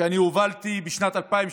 שאני הובלתי בשנת 2018,